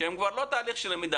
והם כבר לא תהליך של למידה.